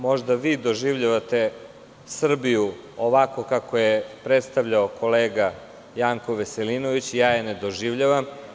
Možda vi doživljavate Srbiju ovako kako je predstavljao kolega Janko Veselinović, ja je ne doživljavam.